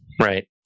Right